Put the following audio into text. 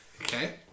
Okay